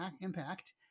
impact